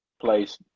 place